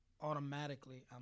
automatically